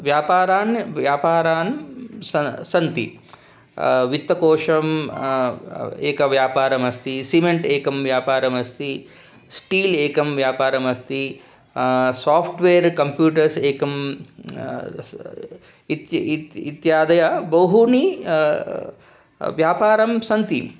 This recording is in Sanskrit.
व्यापाराः व्यापाराः स सन्ति वित्तकोशः एकः व्यापारः अस्ति सिमेण्ट् एकः व्यापारः अस्ति स्टील् एकः व्यापारः अस्ति साफ़्ट्वेर् कम्प्यूटर्स् एकम् इत् इत् इत्यादयः बहूनि व्यापाराः सन्ति